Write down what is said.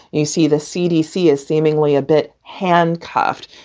you see the cdc is seemingly a bit handcuffed.